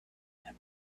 that